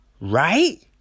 right